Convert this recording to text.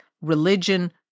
religion